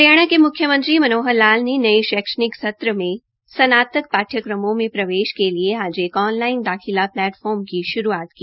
हरियाणा के म्ख्यमंत्री मनोहर लाल ने नये शैक्षणिक सत्र में स्नातक पाठ्यक्रमों में प्रवेश के लिए आज एक ऑन लाइन दाखिला प्लेटफार्म की श्रूआत की